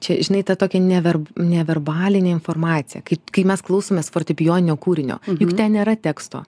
čia žinai ta tokia neverb neverbalinė informacija kai kai mes klausomės fortepijoninio kūrinio juk nėra teksto